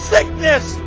Sickness